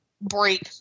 break